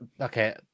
Okay